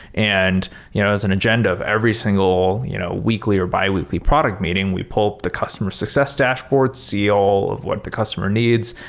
and you know as an agenda of every single you know weekly or biweekly product meeting, we pull the customer success dashboard. see all of what the customer needs.